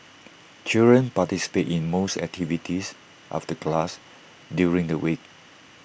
children participate in most activities of the class during the week